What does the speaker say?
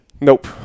nope